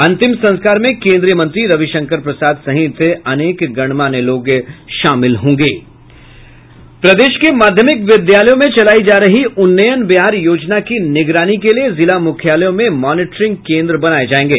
अंतिम संस्कार में केंद्रीय मंत्री रविशंकर प्रसाद सहित अनेक गणमान्य लोग शामिल होंगे प्रदेश के माध्यमिक विद्यालयों में चलायी जा रही उन्नयन बिहार योजना की निगरानी के लिये जिला मुख्यालयों में मॉनिटरिंग केंद्र बनाये जायेंगे